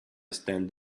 stand